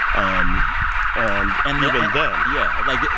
um and and even then yeah. like,